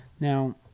Now